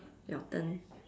your turn